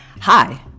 Hi